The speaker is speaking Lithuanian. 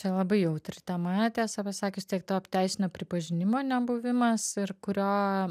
čia labai jautri tema tiesą pasakius tiek to teisinio pripažinimo nebuvimas ir kurio